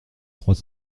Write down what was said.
trois